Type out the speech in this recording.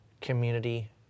community